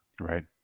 Right